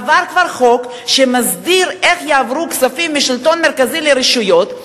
עבר כבר חוק שמסדיר איך יעברו כספים מהשלטון המרכזי לרשויות,